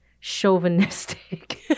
chauvinistic